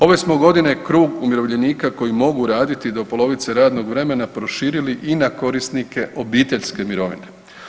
Ove smo godine krug umirovljenika koji mogu raditi do polovice radnog vremena proširili i na korisnike obiteljske mirovine.